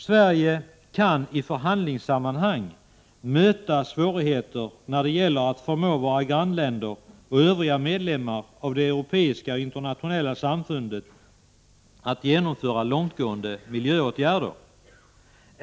Sverige kan i förhandlingssammanhang möta svårigheter när det gälller att förmå våra grannländer och övriga medlemmar av det europeiska och internationella samfundet att genomföra långtgående miljöåtgärder.